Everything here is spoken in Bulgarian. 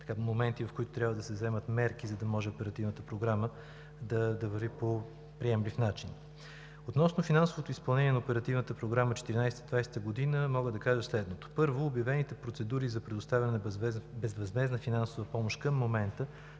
моменти, в които трябва да се вземат мерки, за да може Оперативната програма да върви по приемлив начин. Относно финансовото изпълнение на Оперативна програма „Околна среда 2014 – 2020“ мога да кажа следното: Първо, обявените процедури за предоставяне на безвъзмездна финансова помощ към момента